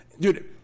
dude